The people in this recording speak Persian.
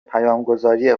پیامگذاری